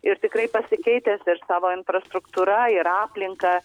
ir tikrai pasikeitęs ir savo infrastruktūra ir aplinka